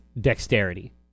dexterity